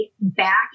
back